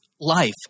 life